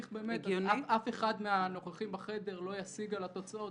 -- אף אחד מהנוכחים בחדר לא ישיג על התוצאות.